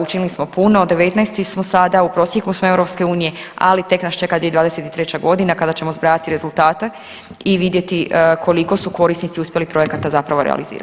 Učinili smo puno, 19 smo sada, u prosjeku smo EU, ali tek nas čeka 2023. godina kada ćemo zbrajati rezultate i vidjeti koliko su korisnici uspjeli projekata zapravo realizirati.